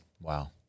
Wow